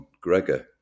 Gregor